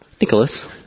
Nicholas